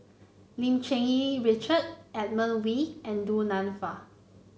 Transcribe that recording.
Lim Cherng Yih Richard Edmund Wee and Du Nanfa